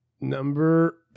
number